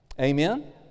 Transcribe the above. Amen